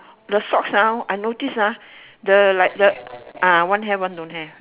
the socks ah I notice ah the like the ah one have one don't have